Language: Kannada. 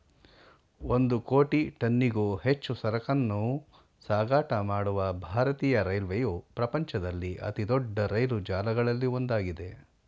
ಒಂದು ಕೋಟಿ ಟನ್ನಿಗೂ ಹೆಚ್ಚು ಸರಕನ್ನೂ ಸಾಗಾಟ ಮಾಡುವ ಭಾರತೀಯ ರೈಲ್ವೆಯು ಪ್ರಪಂಚದಲ್ಲಿ ಅತಿದೊಡ್ಡ ರೈಲು ಜಾಲಗಳಲ್ಲಿ ಒಂದಾಗಿದೆ